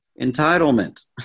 entitlement